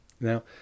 Now